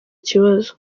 kibazo